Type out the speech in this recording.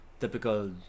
typical